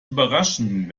überraschen